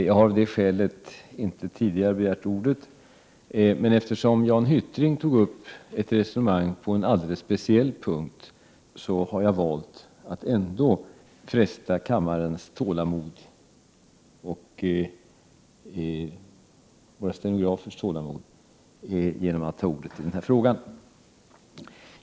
Jag har av det skälet inte tidigare begärt ordet, men eftersom Jan Hyttring tog upp ett resonemang på en alldeles speciell punkt, har jag valt att ändå fresta kammarens och våra stenografers tålamod genom att begära ordet i denna fråga.